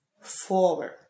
forward